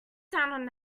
down